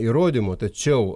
įrodymų tačiau